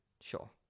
Sure